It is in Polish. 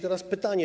Teraz pytanie.